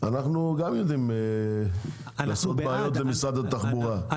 אנחנו גם יודעים לעשות בעיות למשרד התחבורה.